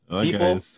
people